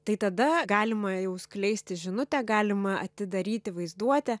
tai tada galima jau skleisti žinutę galima atidaryti vaizduotę